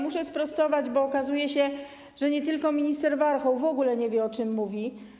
Muszę sprostować, bo okazuje się, że nie tylko minister Warchoł w ogóle nie wie, o czym mówi.